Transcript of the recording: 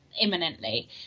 imminently